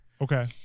Okay